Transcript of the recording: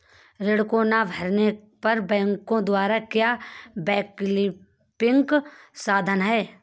ऋण को ना भरने पर बैंकों द्वारा क्या वैकल्पिक समाधान हैं?